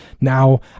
now